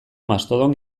mastodon